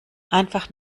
einfach